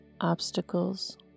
obstacles